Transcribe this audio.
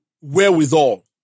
wherewithal